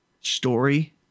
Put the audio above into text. story